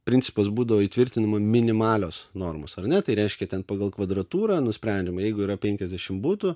principas būdavo įtvirtinama minimalios normos ar ne tai reiškia ten pagal kvadratūrą nusprendžiama jeigu yra penkiasdešimt butų